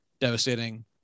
devastating